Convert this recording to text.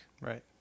Right